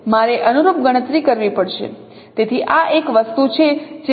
મારે અનુરૂપ ગણતરી કરવી પડશે તેથી આ એક વસ્તુ છે જે મારે કરવાની જરૂર છે